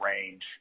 range